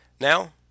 Now